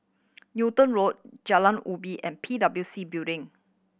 Newton Road Jalan Ubin and P W C Building